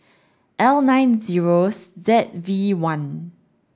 L nine zeros Z V one